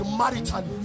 marital